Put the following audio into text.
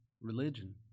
religion